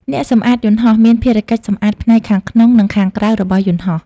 អ្នកសម្អាតយន្តហោះ មានភារកិច្ចសម្អាតផ្នែកខាងក្នុងនិងខាងក្រៅរបស់យន្តហោះ។